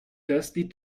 dusty